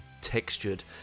textured